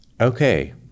okay